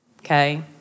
Okay